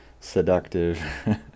seductive